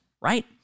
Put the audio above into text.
right